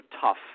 tough